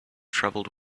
travelled